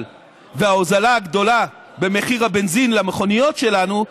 וההוזלה גדולה במחיר הבנזין למכוניות שלנו,